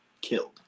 killed